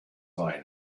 line